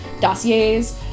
dossiers